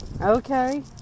Okay